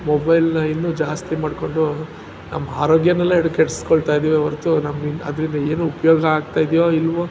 ಮೊಬೈಲನ್ನು ಇನ್ನೂ ಜಾಸ್ತಿ ಮಾಡಿಕೊಂಡು ನಮ್ಮ ಆರೋಗ್ಯವನ್ನೆಲ್ಲ ಕೆಡಿಸ್ಕೊಳ್ತಾಯಿದ್ದೀವೇ ಹೊರ್ತು ನಮ್ಗೆ ಅದರಿಂದ ಏನು ಉಪಯೋಗ ಆಗ್ತಾ ಇದೆಯೋ ಇಲ್ಲವೋ